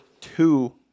two